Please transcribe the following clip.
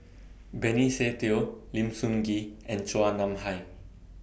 Benny Se Teo Lim Sun Gee and Chua Nam Hai